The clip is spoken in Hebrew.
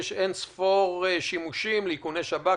יש אין ספור שימושים לאיכוני שב"כ,